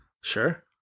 Sure